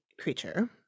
creature